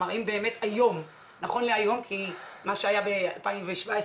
מה שקרה ב-2017,